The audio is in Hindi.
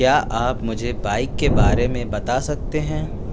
क्या आप मुझे बाइक के बारे में बता सकते हैं